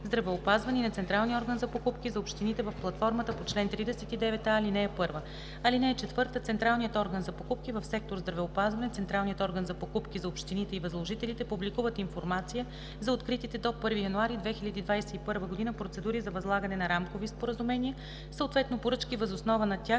„Здравеопазване“ и на Централния орган за покупки за общините в платформата по чл. 39а, ал. 1. (4) Централният орган за покупки в сектор „Здравеопазване“, Централният орган за покупки за общините и възложителите публикуват информация за откритите до 1 януари 2021 г. процедури за възлагане на рамкови споразумения, съответно поръчки въз основа на тях,